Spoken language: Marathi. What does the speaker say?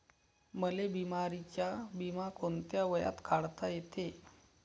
मले बिमारीचा बिमा कोंत्या वयात काढता येते?